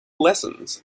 lessons